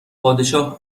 پادشاه